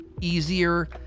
easier